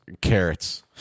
carrots